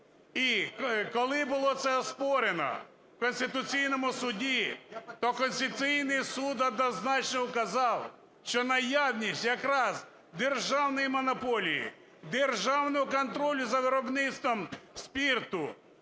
І коли було це оспорено у Конституційному Суді, то Конституційний Суд однозначно вказав, що наявність якраз державної монополії, державного контролю за виробництвом спирту,